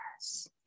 Yes